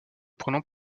prenant